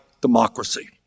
democracy